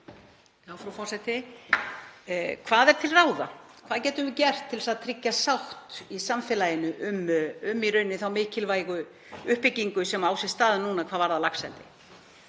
Frú forseti. Hvað er til ráða? Hvað getum við gert til þess að tryggja sátt í samfélaginu um þá mikilvægu uppbyggingu sem á sér stað núna hvað varðar laxeldi?